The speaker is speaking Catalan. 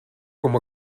com